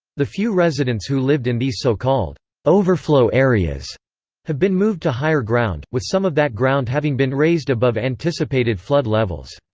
the few residents who lived in these so-called overflow areas have been moved to higher ground, with some of that ground having been raised above anticipated flood levels.